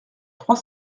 trois